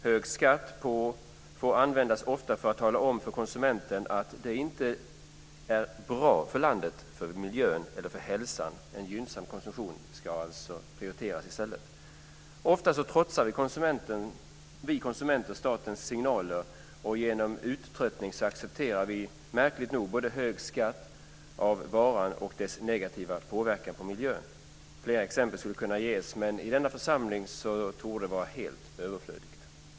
Hög skatt används ofta för att tala om för konsumenten att det inte är bra för landet, miljön eller hälsan att konsumera vissa varor. I stället prioriterar man en gynnsam konsumtion. Ofta trotsar vi konsumenter statens signaler och genom uttröttning accepterar vi märkligt nog både hög skatt och varans eventuella negativa påverkan på miljön. Flera exempel kan ges, men i denna församling torde det vara helt överflödigt.